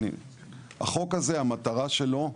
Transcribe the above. החוק הזה, המטרה שלו,